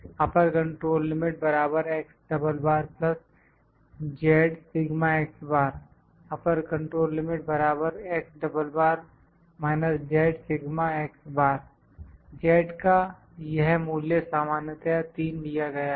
अपर control limit upper control limit z का यह मूल्य सामान्यतया 3 लिया गया है